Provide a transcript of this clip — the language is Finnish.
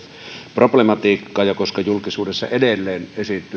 problematiikkaa koska julkisuudessa edelleen esiintyy hieman